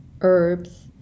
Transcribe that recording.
herbs